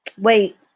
Wait